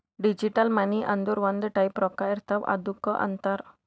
digital money ಅಂದುರ್ ಒಂದ್ type ರೊಕ್ಕಾ ಇರ್ತಾವ್ ಅದ್ದುಕ್ ಅಂತಾರ್